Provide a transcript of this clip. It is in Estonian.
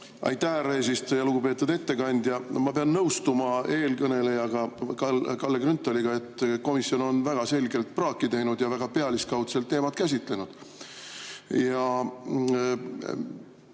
Aitäh, härra eesistuja! Lugupeetud ettekandja! Ma pean nõustuma eelkõneleja Kalle Grünthaliga, et komisjon on väga selgelt praaki teinud ja väga pealiskaudselt teemat käsitlenud. Antud